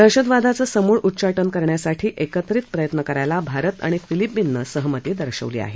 दहशतवादाचं समूळ उच्चाटन करण्यासाठी एकत्रित प्रयत्न करायला भारत आणि फिलिपीन्सनं सहमती दर्शवली आहे